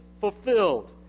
fulfilled